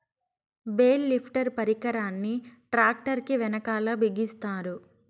bale lifter పరికరాన్ని tractor కీ వెనకాల బిగిస్తారు